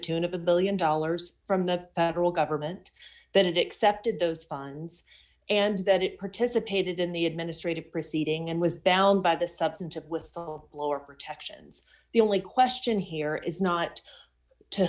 tune of a one billion dollars from the federal government that excepted those funds and that it participated in the administrative proceeding and was bound by the substantive with lower protections the only question here is not to